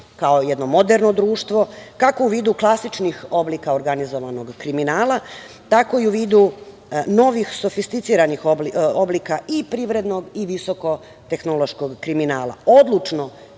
kao jedno moderno društvo kako u vidu klasičnih oblika organizovanog kriminala tako i u vidu novih sofisticiranih oblika i privredno i visoko tehnološkog kriminala. Odlučno